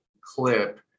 clip